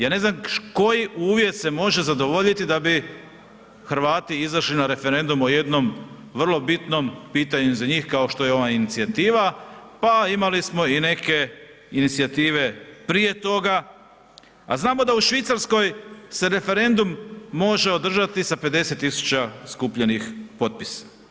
Ja ne znam koji uvjet se može zadovoljiti da bi Hrvati izašli na referendum o jednom vrlo bitnom pitanju za njih kao što je ova inicijativa, pa imali smo i neke inicijative prije toga, a znamo da u Švicarskoj se referendum može održati sa 50.000 skupljenih potpisa.